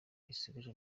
isigaje